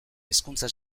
hezkuntza